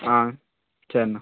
ஆ சரிண்ணா